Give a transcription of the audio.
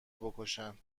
بکشن